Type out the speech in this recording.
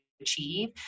achieve